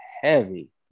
heavy